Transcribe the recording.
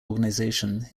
organisation